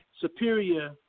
superior